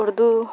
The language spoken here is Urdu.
اردو